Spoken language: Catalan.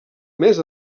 més